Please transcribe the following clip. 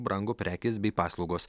brango prekės bei paslaugos